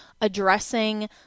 addressing